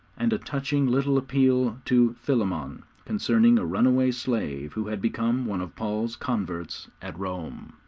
and a touching little appeal to philemon concerning a runaway slave who had become one of paul's converts at rome.